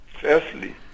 Firstly